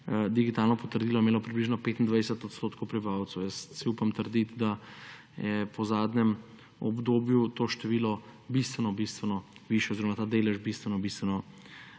digitalno potrdilo imelo približno 25 % prebivalcev. Upam si trditi, da je po zadnjem obdobju to število bistveno bistveno višje oziroma ta delež bistveno bistveno